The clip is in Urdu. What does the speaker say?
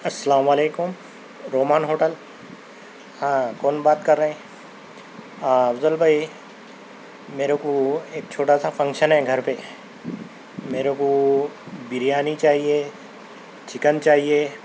السّلام علیکم رومان ہوٹل ہاں کون بات کر رہے ہیں آ افضل بھائی میرے کو ایک چھوٹا سا فنکشن ہے گھر پہ میرے کو بریانی چاہیے چکن چاہیے